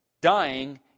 Dying